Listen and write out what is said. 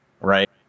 Right